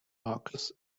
marcus